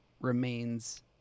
remains